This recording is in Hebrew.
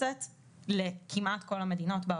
המתמחה שלי עבדה אתמול בערב על נתונים של מדינות,